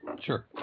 sure